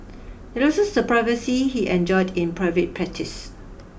he loses the privacy he enjoyed in private practice